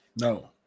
No